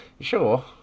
Sure